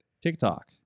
TikTok